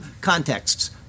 contexts